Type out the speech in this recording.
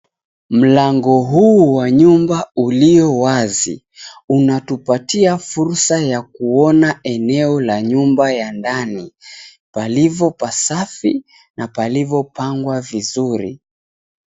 Mlango huu wa nyumba ulio wazi unatupatia fursa ya kuona eneo la nyumba ya ndani, palivyo pasafi na palivyopangwa vizuri.